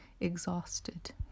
exhausted